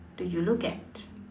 do you look at